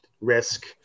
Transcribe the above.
risk